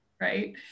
right